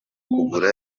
kugura